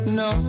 no